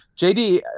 JD